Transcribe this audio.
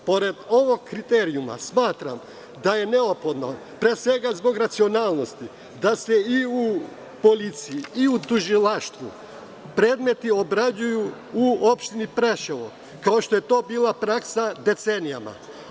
Pored ovog kriterijuma smatram da je neophodno, pre svega zbog racionalnosti, da se i u policiji, i u tužilaštvu predmeti obrađuju u opštini Preševo, kao što je to bila praksa decenijama.